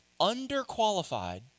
underqualified